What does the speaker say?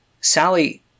Sally